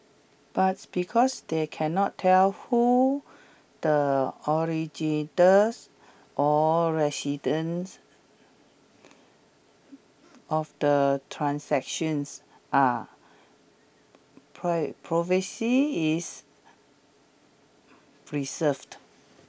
but because they cannot tell who the or residents of the transactions are privacy is preserved